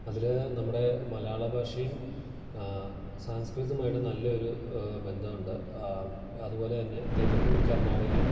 അതില് നമ്മുടെ മലയാളഭാഷയും സംസ്കൃതവുമായിട്ട് നല്ല ഒര് ബന്ധം ഉണ്ട് അതുപോലെ തന്നെ തെലുങ്കും കർണാടകയും